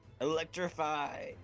Electrify